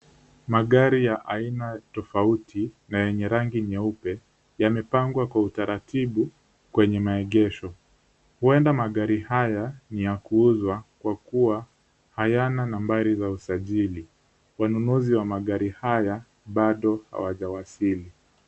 Magari ya aina tofauti na yenye rangi nyeupe yamepangwa kwa utaratibu kwenye maegesho. Huenda magari haya ni ya kuuzwa kwa kuwa hayana nambari za usajili. Wanunuzi wa magari haya bado hawajawasili.